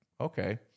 okay